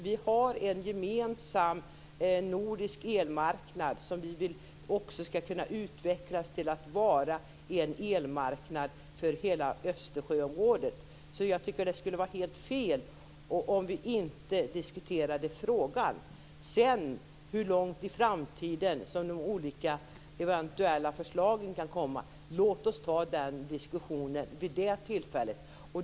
Vi har en gemensam nordisk elmarknad som vi vill skall kunna utvecklas att vara en elmarknad för hela Östersjöområdet. Jag tycker att det vore helt fel om vi inte diskuterade frågan. När det gäller hur långt i framtiden som de olika förslagen kan komma får vi ta den diskussionen vid det tillfället.